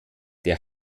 der